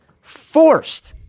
forced